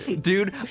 dude